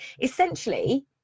Essentially